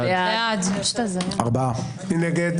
מי נגד?